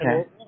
okay